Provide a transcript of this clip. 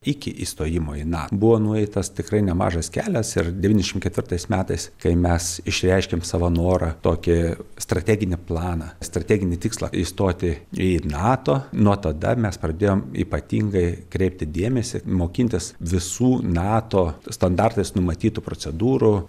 iki įstojimo į na buvo nueitas tikrai nemažas kelias ir devyniasdešimt ketvirtais metais kai mes išreiškėm savo norą tokį strateginį planą strateginį tikslą įstoti į nato nuo tada mes pradėjom ypatingai kreipti dėmesį mokintis visų nato standartais numatytų procedūrų